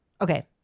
Okay